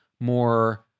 more